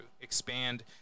expand